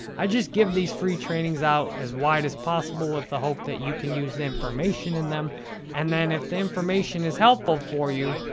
i just give these free trainings out as wide as possible with the hope that you can use the information in them and then, if the information is helpful for you,